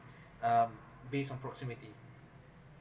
um base on proximity